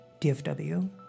DFW